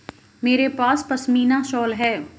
मेरे पास पशमीना शॉल है